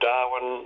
Darwin